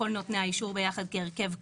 כל נותני האישור ביחד כהרכב קבוע?